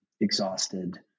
exhausted